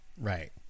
Right